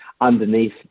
underneath